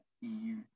EU